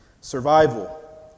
Survival